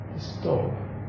stop